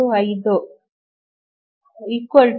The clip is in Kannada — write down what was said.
125 0